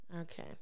okay